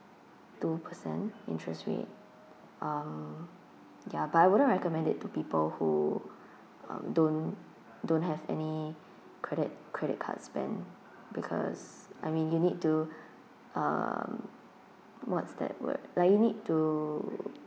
two percent interest rate um ya but I wouldn't recommend it to people who um don't don't have any credit credit card spend because I mean you need to um what's that word like you need to